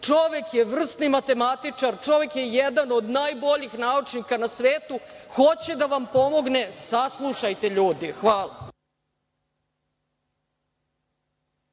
čovek je vrstan matematičar, čovek je jedan od najboljih naučnika na svetu, hoće da vam pomogne, saslušajte ljudi. Hvala.